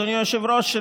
אדוני היושב-ראש,